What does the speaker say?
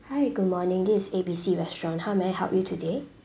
hi good morning this is A B C restaurant how may I help you today